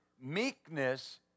Meekness